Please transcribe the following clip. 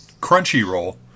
Crunchyroll